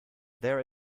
there